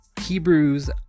Hebrews